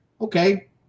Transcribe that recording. okay